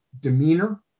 demeanor